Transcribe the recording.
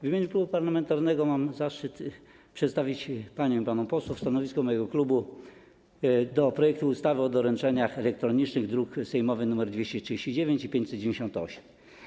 W imieniu klubu parlamentarnego mam zaszczyt przedstawić paniom i panom posłom stanowisko mojego klubu odnośnie do projektu ustawy o doręczeniach elektronicznych (druki nr 239 i 598)